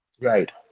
right